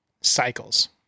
cycles